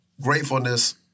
gratefulness